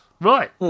right